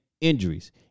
injuries